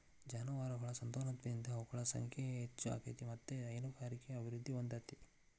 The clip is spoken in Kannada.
ಜಾನುವಾರಗಳ ಸಂತಾನೋತ್ಪತ್ತಿಯಿಂದ ಅವುಗಳ ಸಂಖ್ಯೆ ಹೆಚ್ಚ ಆಗ್ತೇತಿ ಮತ್ತ್ ಹೈನುಗಾರಿಕೆನು ಅಭಿವೃದ್ಧಿ ಹೊಂದತೇತಿ